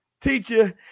teacher